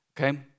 Okay